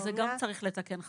אז גם צריך לתקן חקיקה.